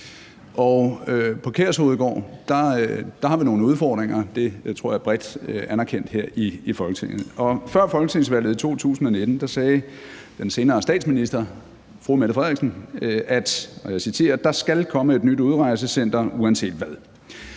på Kærshovedgård har vi nogle udfordringer. Det tror jeg er bredt anerkendt her i Folketinget. Før folketingsvalget i 2019 sagde den senere statsminister, fru Mette Frederiksen, at – og jeg citerer: Der skal komme et nyt udrejsecenter uanset hvad.